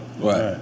Right